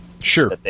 Sure